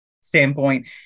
standpoint